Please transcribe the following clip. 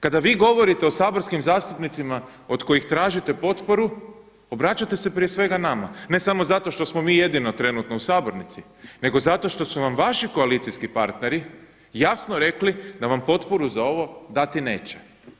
Kada vi govorite o saborskim zastupnicima od kojih tražite potporu obraćate se prije svega nama, ne samo zato što smo mi jedino trenutno u sabornici nego zato što su vam vaši koalicijski partneri jasno rekli da vam potporu za ovo dati neće.